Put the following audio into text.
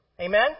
Amen